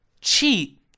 Cheat